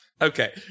Okay